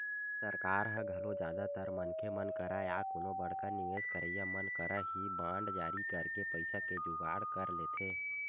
सरकार ह घलो जादातर मनखे मन करा या कोनो बड़का निवेस करइया मन करा ही बांड जारी करके पइसा के जुगाड़ कर लेथे